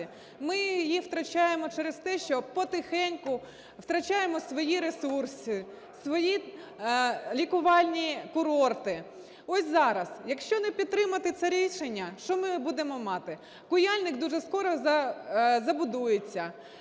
ми її втрачаємо через те, що потихеньку втрачаємо свої ресурси, свої лікувальні курорти. Ось зараз, якщо не підтримати це рішення, що ми будемо мати? Куяльник дуже скоро забудується,